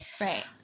right